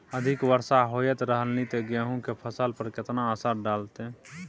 अधिक वर्षा होयत रहलनि ते गेहूँ के फसल पर केतना असर डालतै?